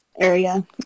area